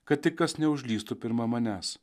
kad tik kas neužlįstų pirma manęs